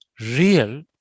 real